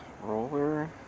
roller